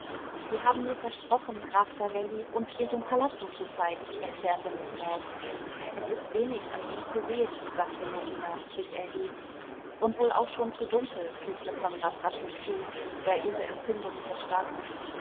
sie haben mir versprochen graf savelli uns ihren palazzo zu zeigen erklärte miß maud es ist wenig an ihm zu sehen sagte norina sich erhebend und wohl auch schon zu dunkel fügte konrad rasch hinzu der ihre empfindung verstand